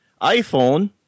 iPhone